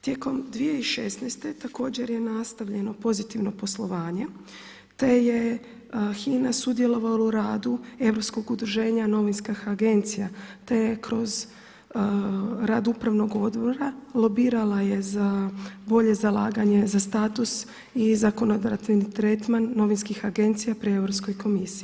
Tijekom 2016. također je nastavljeno pozitivno poslovanje te je HINA sudjelovala u radu Europskog udruženja novinskih agencija te je kroz rad upravnog odbora lobirala je za bolje zalaganje za status i zakonodavni tretman novinskih agencija pri Europskoj komisiji.